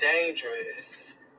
dangerous